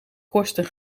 kosten